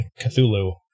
Cthulhu